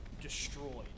destroyed